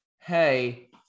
hey